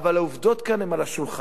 אבל העובדות כאן על השולחן: